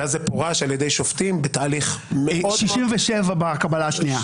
ואז זה פורש על ידי שופטים בתהליך מאוד מאוד --- 67 בקבלה השנייה.